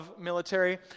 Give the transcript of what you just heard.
military